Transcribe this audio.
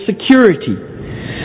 security